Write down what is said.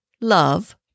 Love